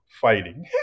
fighting